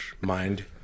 Mind